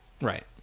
right